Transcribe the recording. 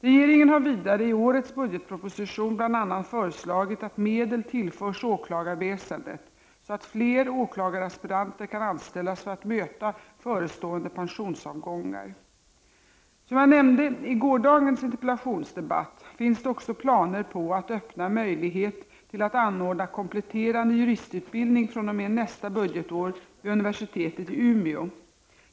Regeringen har vidare i årets budgetproposition bl.a. föreslagit att medel tillförs åklagarväsendet så att fler åklagaraspiranter kan anställas för att möta förestående pensionsavgångar. Som jag nämnde i gårdagens interpellationsdebatt finns det också planer på att öppna möjlighet till att anordna kompletterande juristutbildning fr.o.m. nästa budgetår vid u”iversitetet i Umeå.